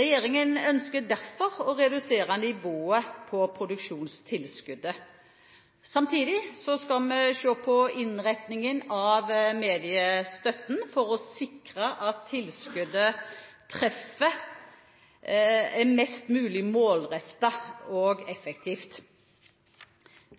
Regjeringen ønsker derfor å redusere nivået på produksjonstilskuddet. Samtidig skal vi se på innretningen av mediestøtten for å sikre at tilskuddet treffer mest mulig målrettet og effektivt.